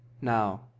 Now